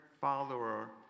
follower